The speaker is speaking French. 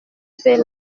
fais